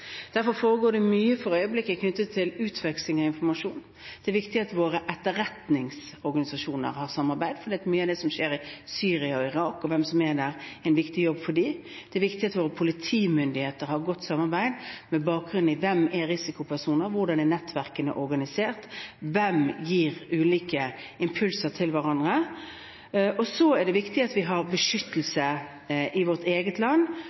Derfor foregår det mye for øyeblikket knyttet til utveksling av informasjon. Det er viktig at våre etterretningsorganisasjoner har samarbeid, for mye av det som skjer i Syria og Irak, og å følge med på hvem som er der, er en viktig jobb for dem. Det er viktig at våre politimyndigheter har godt samarbeid, med bakgrunn i hvem som er risikopersoner, hvordan nettverkene er organisert, og hvem som gir ulike impulser til hverandre. Det er også viktig at vi har beskyttelse i vårt eget land